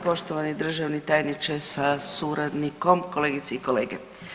Poštovani državni tajniče sa suradnikom, kolegice i kolege.